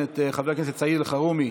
לפרוטוקול את חבר הכנסת סעיד אלחרומי,